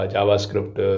JavaScript